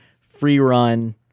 free-run